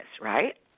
right